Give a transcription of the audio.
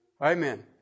Amen